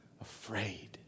afraid